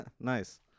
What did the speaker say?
Nice